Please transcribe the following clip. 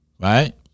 Right